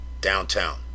downtown